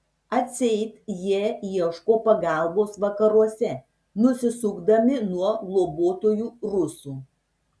atseit jie ieško pagalbos vakaruose nusisukdami nuo globotojų rusų